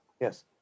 Yes